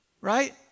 Right